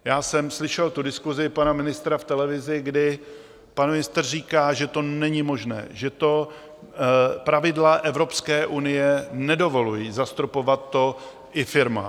Já jsem slyšel tu diskusi pana ministra v televizi, kdy pan ministr říká, že to není možné, že to pravidla Evropské unie nedovolují, zastropovat to i firmám.